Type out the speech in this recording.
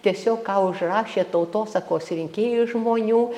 tiesiog ką užrašė tautosakos rinkėjai žmonių